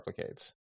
replicates